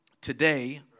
today